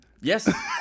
Yes